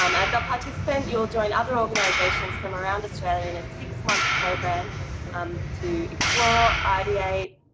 um as a participant, you will join other organisations from around australia in a six month program um to explore, ideate,